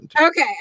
Okay